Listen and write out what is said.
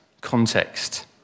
context